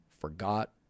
forgot